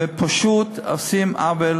ופשוט עושים עוול